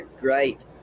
great